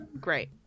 great